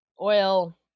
oil